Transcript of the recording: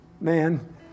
Man